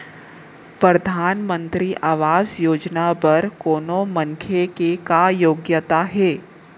परधानमंतरी आवास योजना बर कोनो मनखे के का योग्यता हे?